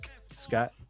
scott